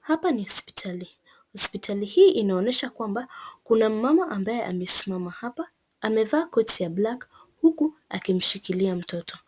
Hapa ni hospitali. Hospitali hii inaonyesha kwamba kuna mama ambaye amesimama hapa amevaa koti ya black huku akimshikilia mtoto.